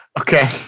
Okay